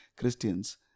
christians